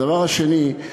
הדבר השני,